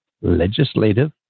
Legislative